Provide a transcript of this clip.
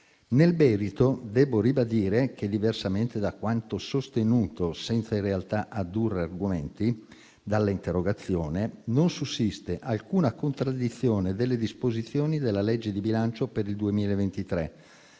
Nel merito, devo ribadire che, diversamente da quanto sostenuto - senza in realtà addurre argomenti - dall'interrogazione, non sussiste alcuna contraddizione nelle disposizioni della legge di bilancio per il 2023